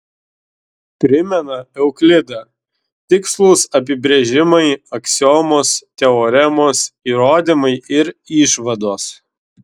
primena euklidą tikslūs apibrėžimai aksiomos teoremos įrodymai ir išvados